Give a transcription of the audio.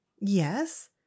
Yes